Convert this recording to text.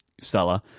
seller